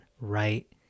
right